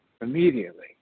immediately